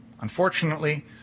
Unfortunately